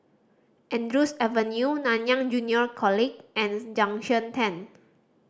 Andrews Avenue Nanyang Junior College and Junction Ten